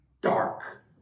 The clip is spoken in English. dark